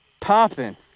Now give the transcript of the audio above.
popping